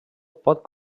pot